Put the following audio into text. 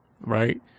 right